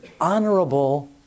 honorable